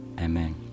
Amen